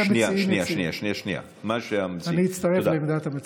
שנייה, שנייה, שנייה, אני אצטרף לעמדת המציעים.